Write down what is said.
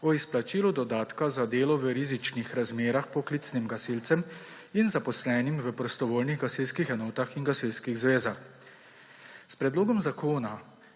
o izplačilu dodatka za delo v rizičnih razmerah poklicnim gasilcem in zaposlenim v prostovoljnih gasilskih enotah in gasilskih zvezah. S predlogom zakona